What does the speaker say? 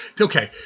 Okay